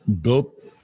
built